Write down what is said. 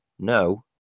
no